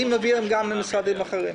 גם לי מעבירים ממשרדים אחרים.